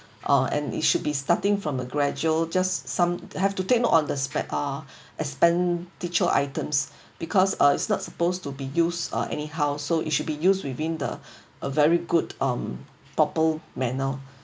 uh and it should be starting from a gradual just some have to take note on the spend uh expenditure items because uh it's not supposed to be used uh anyhow so it should be used within the uh very good um proper manner